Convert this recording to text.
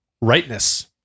rightness